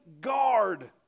guard